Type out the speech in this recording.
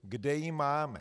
Kde ji máme?